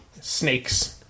Snakes